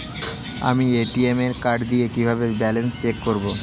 আমি ATM card দিয়ে কিভাবে ব্যালেন্স চেক করব?